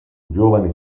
giovane